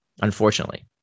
unfortunately